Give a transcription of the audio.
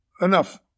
enough